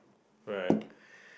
right